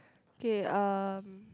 okay um